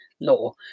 law